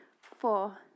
four